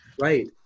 Right